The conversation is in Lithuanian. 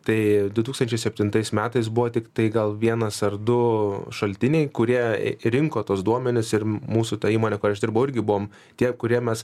tai du tūkstančiai septintais metais buvo tiktai gal vienas ar du šaltiniai kurie rinko tuos duomenis ir mūsų ta įmonė kurioj aš dirbau irgi buvom tie kurie mes